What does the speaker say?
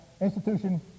Institution